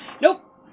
Nope